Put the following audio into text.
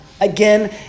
again